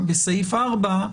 בסעיף 4,